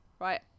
right